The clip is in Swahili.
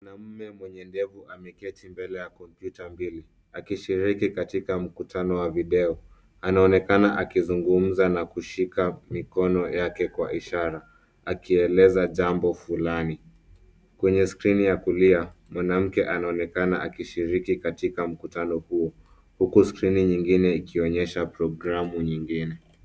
Mwanaume mwenye ndevu ameketi mbele ya kompyuta mbili, akishiriki, katika mkutano wa videyo, anaonekana akizungumza na kushika mikono yake kwa ishara, akieleza jambo fulani. Kwenye skrini ya kulia, mwanamke anaonekana akishiriki katika mkutano huo, huku skrini nyingine ikionyesha programu nyingine.